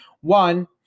One